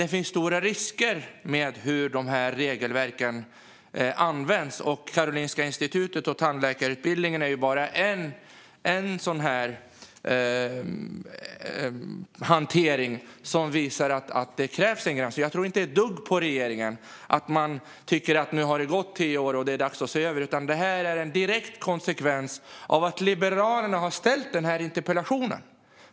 Det finns dock stora risker med hur dessa regelverk används, och Karolinska institutets hantering av tandläkarutbildningen är bara ett exempel på att det krävs en gräns. Jag tror inte ett dugg på regeringens tal om att det har gått tio år och att det är dags att se över detta, utan det här är en direkt konsekvens av att jag har ställt denna interpellation.